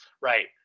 Right